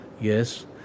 Yes